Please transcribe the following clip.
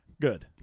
Good